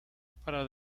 para